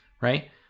right